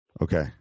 Okay